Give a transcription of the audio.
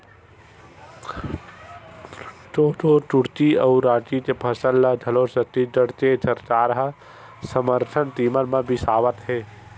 कोदो कुटकी अउ रागी के फसल ल घलोक छत्तीसगढ़ के सरकार ह समरथन कीमत म बिसावत हे